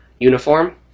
uniform